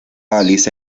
baliza